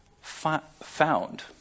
found